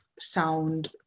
sound